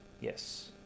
Yes